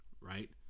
right